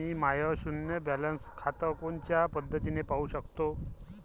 मी माय शुन्य बॅलन्स खातं कोनच्या पद्धतीनं पाहू शकतो?